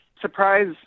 surprise